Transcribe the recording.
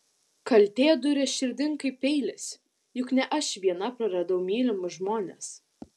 kaltė dūrė širdin kaip peilis juk ne aš viena praradau mylimus žmones